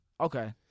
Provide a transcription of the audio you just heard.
Okay